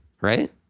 Right